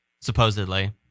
supposedly